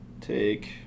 take